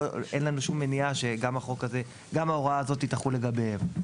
אין לנו שום מניעה שגם ההוראה הזאת תחול לגביהם.